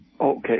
Okay